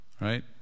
Right